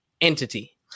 entity